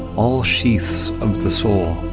all sheaths of the soul.